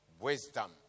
Wisdom